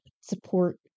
Support